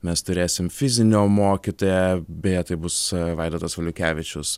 mes turėsim fizinio mokytoją beje tai bus vaidotas valiukevičius